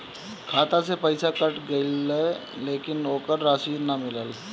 खाता से पइसा कट गेलऽ लेकिन ओकर रशिद न मिलल?